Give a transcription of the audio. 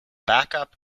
backup